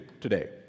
today